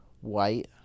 white